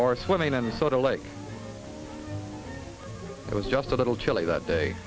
or swimming and sort of like it was just a little chilly that day